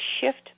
shift